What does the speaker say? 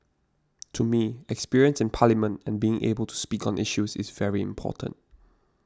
to me experience in Parliament and being able to speak on issues is very important